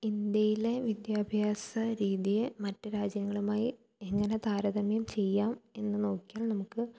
ഇന്ത്യയിലെ വിദ്യാഭ്യാസ രീതിയെ മറ്റ് രാജ്യങ്ങളുമായി എങ്ങനെ താരതമ്യം ചെയ്യാം എന്ന് നോക്കിയാൽ നമുക്ക്